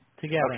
together